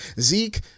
Zeke